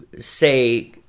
say